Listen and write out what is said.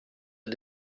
est